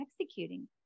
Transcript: executing